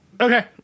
Okay